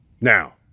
Now